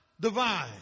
divine